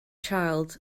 child